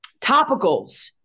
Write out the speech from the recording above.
Topicals